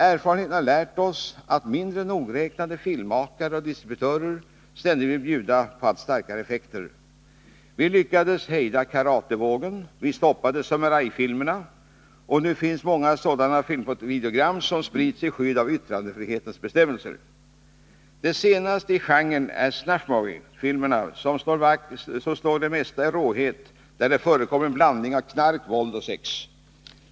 Erfarenheten har lärt oss att mindre nogräknade filmmakare och distributörer ständigt vill bjuda på allt starkare effekter. Vi lyckades hejda karatevågen, och vi stoppade samurajfilmerna — men nu finns många sådana filmer på videogram, som sprids i skydd av yttrandefrihetens bestämmelser. Det senaste i genren är ”snuff-movie”-filmerna, som slår det mesta i råhet och där det förekommer en blandning av knark, våld och sex.